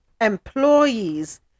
employees